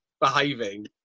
behaving